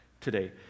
today